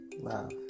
love